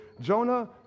Jonah